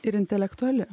ir intelektuali